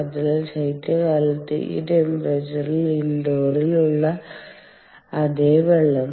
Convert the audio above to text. അതിനാൽ ശൈത്യകാലത്ത് ആ ടെമ്പറേച്ചറിൽ ഇൻഡോറിൽ ഉള്ള അതേ വെള്ളം